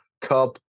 Cup